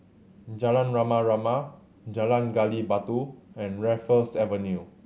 Jalan Rama Rama Jalan Gali Batu and Raffles Avenue